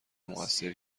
مقصر